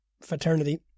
fraternity